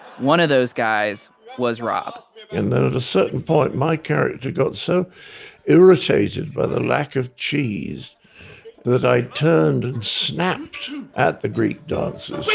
one of those guys was rob and then at a certain point my character got so irritated by the lack of cheese that i turned and snapped at the greek dancers